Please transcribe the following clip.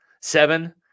seven